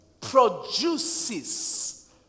produces